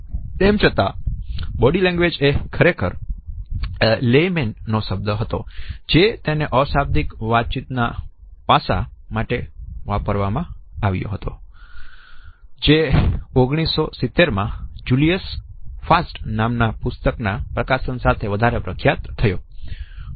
તેમ છતાં body language એ ખરેખર લેમેન નો શબ્દ હતો જેને અશાબ્દિક વાતચીત ના પાસા માટે વાપરવામાં આવ્યો હતો જે 1970માં જુલિયસ ફાસ્ટ નામ ના પુસ્તક ના પ્રકાશન સાથે વધારે પ્રખ્યાત થયો